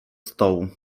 stołu